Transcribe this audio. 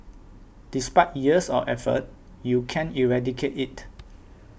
despite years of effort you can't eradicate it